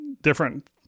different